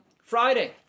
Friday